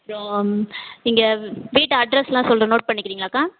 அப்புறம் இங்கே வீட்டு அட்ரெஸ்லாம் சொல்கிறேன் நோட் பண்ணிக்கிறீங்களாக்கா